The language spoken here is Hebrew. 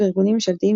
וארגונים ממשלתיים,